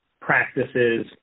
practices